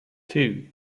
two